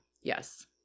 Yes